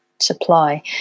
supply